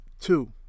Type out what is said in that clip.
two